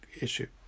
issue